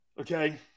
Okay